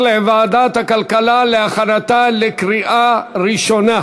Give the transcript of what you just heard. לוועדת הכלכלה להכנתה לקריאה ראשונה.